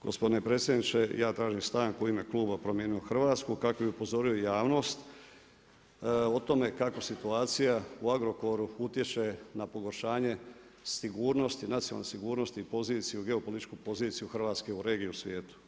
Gospodine predsjedniče, ja tražim stanku u ime Kluba Promijenimo Hrvatsku, kako bi upozorio javnost o tome kako situacija u Agrokoru utječe na pogoršanje sigurnosti, nacionalne sigurnost i poziciju u geopolitičku poziciju u Hrvatskoj, u regiji i u svijetu.